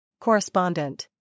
Correspondent